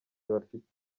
bafite